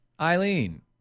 Eileen